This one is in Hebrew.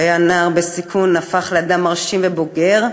שהיה נער בסיכון והפך לאדם מרשים ובוגר,